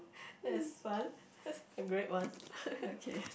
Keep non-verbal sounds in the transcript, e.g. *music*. it's fun *laughs* a great one *laughs*